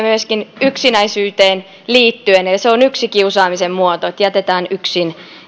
myöskin yksinäisyyteen liittyen se on yksi kiusaamisen muoto että jätetään yksin